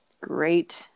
great